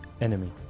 enemy